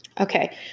okay